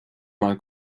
mal